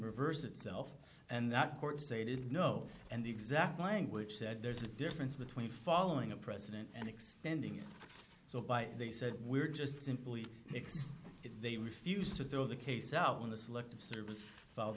reverse itself and that court stated no and the exact language said there's a difference between following a president and extending it so by they said we're just simply exist if they refuse to throw the case out on the selective service